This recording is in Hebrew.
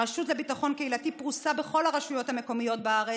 הרשות לביטחון קהילתי פרוסה בכל הרשויות המקומיות בארץ,